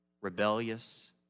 rebellious